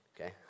Okay